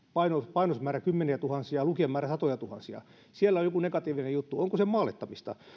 painosmäärä kymmeniätuhansia lukijamäärä satojatuhansia siellä on joku negatiivinen juttu onko se maalittamista